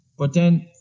but then